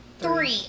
Three